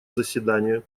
заседание